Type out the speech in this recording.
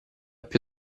più